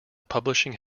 publishing